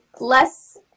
less